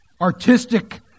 artistic